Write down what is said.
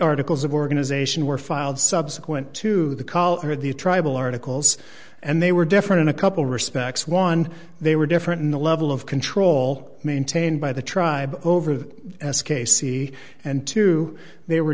articles of organization were filed subsequent to the color of the tribal articles and they were different in a couple respects one they were different in the level of control maintained by the tribe over the s k c and two they were